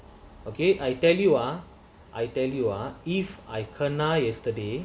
okay I tell you ah I tell you ah if I kena yesterday